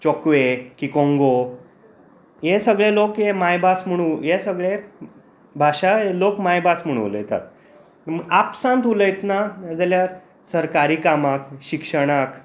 Chokwe Kikongo हे सगळे लोक हे मायभास म्हणू हे सगळे भाशा लोक मायभास म्हणून उलयतात आपसात उलयतना जाल्यार सरकारी कामाक शिक्षणांत